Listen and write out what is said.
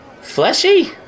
fleshy